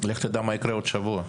לך תדע מה יהיה עוד שבוע.